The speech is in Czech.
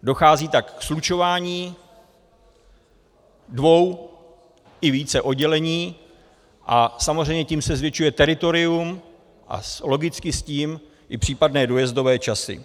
Dochází tak ke slučování dvou i více oddělení a samozřejmě tím se zvětšuje teritorium a logicky s tím i případné dojezdové časy.